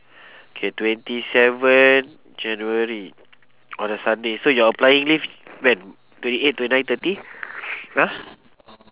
K twenty seven january on a sunday so you're applying leave when twenty eight twenty nine thirty !huh!